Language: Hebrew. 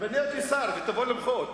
תמנה אותי לשר ותבוא למחות.